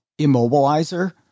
immobilizer